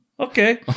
Okay